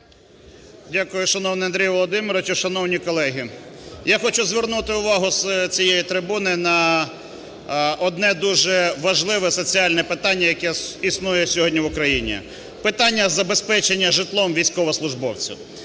Дякую. Шановний Андрій Володимирович! Шановні колеги! Я хочу звернути увагу з цієї трибуни на одне дуже важливе соціальне питання, яке існує сьогодні в Україні, питання забезпечення житлом військовослужбовців.